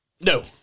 No